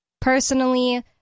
personally